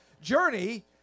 journey